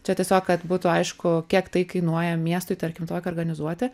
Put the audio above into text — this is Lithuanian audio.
čia tiesiog kad būtų aišku kiek tai kainuoja miestui tarkim tokią organizuoti